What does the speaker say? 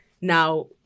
Now